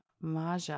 Maja